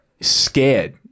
scared